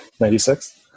96